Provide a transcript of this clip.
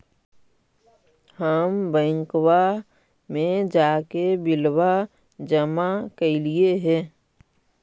हम बैंकवा मे जाके बिलवा जमा कैलिऐ हे?